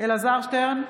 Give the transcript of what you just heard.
אלעזר שטרן,